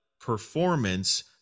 performance